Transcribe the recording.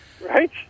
Right